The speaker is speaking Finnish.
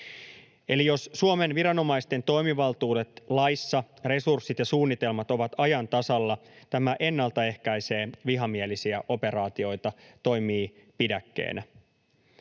Eli jos Suomen viranomaisten toimivaltuudet laissa, resurssit ja suunnitelmat ovat ajan tasalla, tämä ennaltaehkäisee vihamielisiä operaatioita, toimii pidäkkeenä.